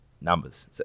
numbers